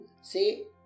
say